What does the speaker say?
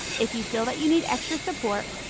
if you feel that you need extra support,